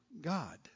God